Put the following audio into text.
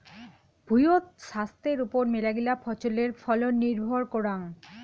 ভুঁইয়ত ছাস্থের ওপর মেলাগিলা ফছলের ফলন নির্ভর করাং